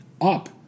up